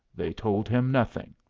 they told him nothing.